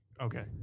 okay